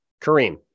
Kareem